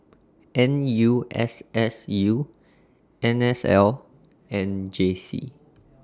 N U S S U N S L and J C